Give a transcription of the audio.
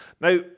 Now